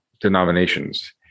denominations